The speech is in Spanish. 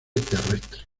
terrestres